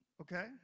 Okay